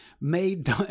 made